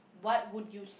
what would you save